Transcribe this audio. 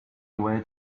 away